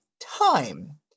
time